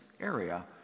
area